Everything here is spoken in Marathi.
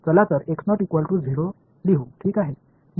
चला तर लिहू ठीक आहे